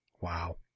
Wow